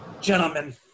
Gentlemen